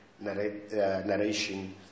narration